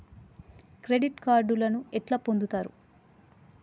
Credit కార్డులను ఎట్లా పొందుతరు?